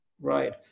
Right